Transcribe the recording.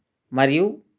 మరియు